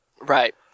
Right